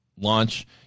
launch